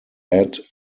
add